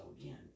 again